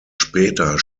später